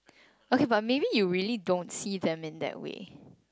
okay but maybe you really don't see them in that way